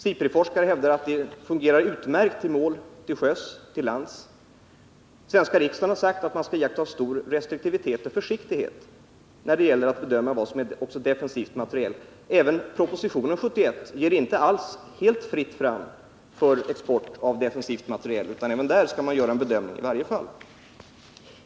SIPRI-forskare hävdar att materialen fungerar utmärkt mot mål till sjöss och lands. Den svenska riksdagen har sagt att man skall iaktta stor restriktivitet och försiktighet när det gäller att bedöma vad som är defensiv materiel. Inte ens propositionen från år 1971 ger helt fritt fram för export av defensiv materiel, utan även där hävdas att en bedömning skall göras i varje enskilt fall.